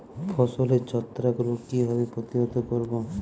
ফসলের ছত্রাক রোগ কিভাবে প্রতিহত করব?